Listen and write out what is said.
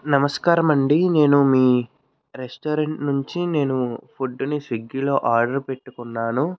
నమస్కారమండి నేను మీ రెస్టారెంట్ నుంచి నేను ఫుడ్ని స్విగ్గీలో ఆర్డర్ పెట్టుకున్నాను